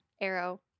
Arrow